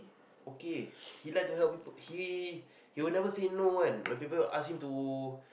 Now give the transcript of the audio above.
okay he like to help people he he would never say no one when people ask him to